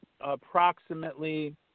approximately